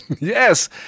Yes